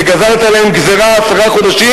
שגזרת עליהם גזירה עשרה חודשים,